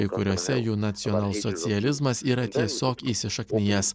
kai kuriose jų nacionalsocializmas yra tiesiog įsišaknijęs